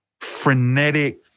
frenetic